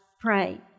pray